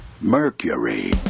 Mercury